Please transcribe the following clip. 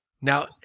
Now